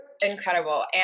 Incredible